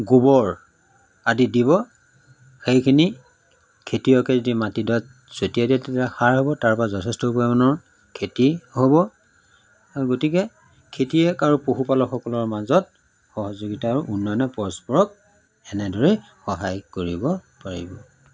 গোবৰ আদি দিব সেইখিনি খেতিয়কে যদি মাটিডোৱাত ছটিয়াই দিয়ে তেতিয়া সাৰ হ'ব তাৰপৰা যথেষ্ট পৰিমাণৰ খেতি হ'ব আৰু গতিকে খেতিয়ক আৰু পশুপালকসকলৰ মাজত সহযোগিতা আৰু উন্নয়নৰ পৰস্পৰক এনেদৰেই সহায় কৰিব পাৰিব